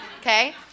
okay